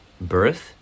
birth